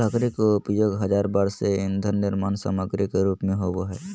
लकड़ी के उपयोग हजार वर्ष से ईंधन निर्माण सामग्री के रूप में होबो हइ